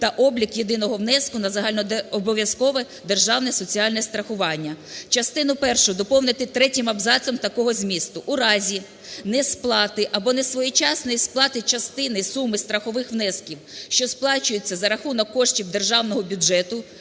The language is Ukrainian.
та облік єдиного внеску на загальнообов'язкове державне соціальне страхування". Частину першу доповнити третім абзацом такого змісту: "У разі несплати або несвоєчасної сплати частини суми страхових внесків, що сплачуються за рахунок коштів державного бюджету,